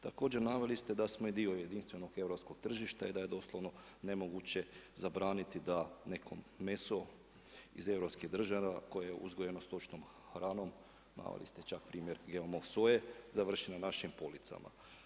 Također naveli ste da smo dio jedinstvenog europskog tržišta i da je doslovno nemoguće zabraniti da neko meso iz europskih država koje je uzgojeno stočnom hranom, naveli ste čak primjer GMO soje, završi na našim policama.